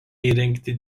įrengti